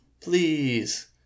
Please